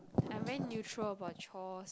I'm very neutral about chores